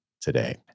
today